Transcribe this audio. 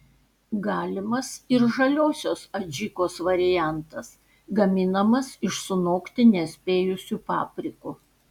galimas ir žaliosios adžikos variantas gaminamas iš sunokti nespėjusių paprikų